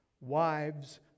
Wives